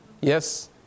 Yes